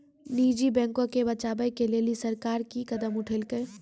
निजी बैंको के बचाबै के लेली सरकार कि कदम उठैलकै?